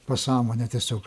pasąmonę tiesiog